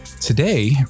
Today